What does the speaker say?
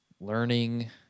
learning